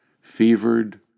Fevered